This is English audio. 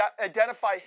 identify